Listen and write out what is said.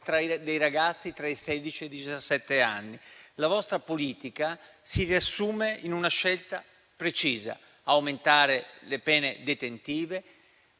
dei ragazzi tra i sedici e i diciassette anni. La vostra politica si riassume in una scelta precisa: aumentare le pene detentive